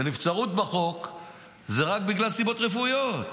ונבצרות בחוק זה רק בגלל סיבות רפואיות.